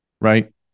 right